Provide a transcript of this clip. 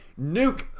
nuke